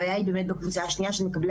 הבעיה היא באמת בקבוצה השנייה של מקבלי